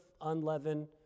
Unleavened